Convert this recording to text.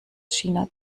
china